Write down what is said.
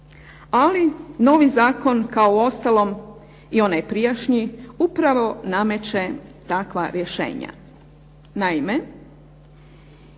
Ali novi zakon kao u ostalom i onaj prijašnji, upravo nameće takva rješenja. Naime,